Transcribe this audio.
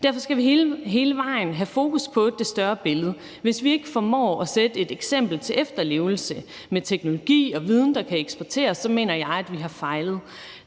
Derfor skal vi hele vejen have fokus på det større billede. Hvis vi ikke formår at sætte et eksempel til efterlevelse med teknologi og viden, der kan eksporteres, så mener jeg, at vi har fejlet.